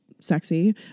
sexy